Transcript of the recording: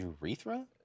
urethra